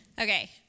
Okay